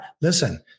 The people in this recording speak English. Listen